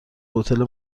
هتل